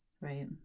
right